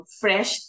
fresh